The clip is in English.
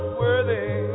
worthy